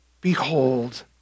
Behold